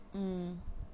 mm